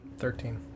Thirteen